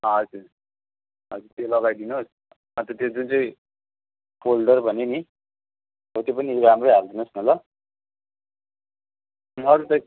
हजुर हजुर त्यो लगाइदिनुहोस् अन्त त्यो जुन चाहिँ फोल्डर भन्यो नि हो त्यो पनि राम्रै हालिदिनुहोस् न अरू त